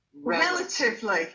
relatively